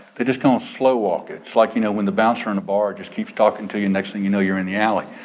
they just come on slow walk it. it's like you know when the bouncer and the bar just keeps talking to you, next thing you know, you're in the alley.